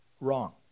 wrong